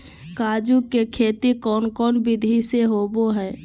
काजू के खेती कौन कौन विधि से होबो हय?